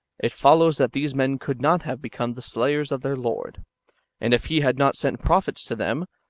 it follows that these men could not have become the slayers of their lord and if he had not sent prophets to them,